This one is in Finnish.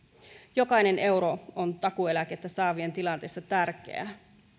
jokainen euro on takuueläkettä saavien tilanteessa tärkeä